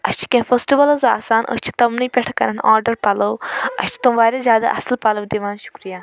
اسہِ چھِ کیٚنٛہہ فیٚسٹِولٕز آسان أسۍ چھِ تِمنٕے پٮ۪ٹھ کَران آرڈر پَلوٚو اسہِ چھِ تِم واریاہ اصٕل پَلوٚو دِوان شُکریہ